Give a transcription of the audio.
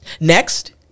Next